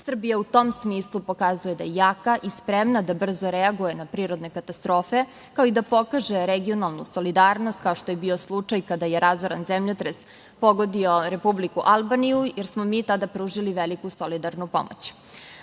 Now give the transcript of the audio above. Srbija u tom smislu pokazuje da je jaka i spremna da brzo reaguje na prirodne katastrofe, kao i da pokaže regionalnu solidarnost, kao što je bio slučaj kada je razoran zemljotres pogodio Republiku Albaniju, jer smo mi tada pružili veliku solidarnu pomoć. Da